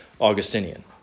Augustinian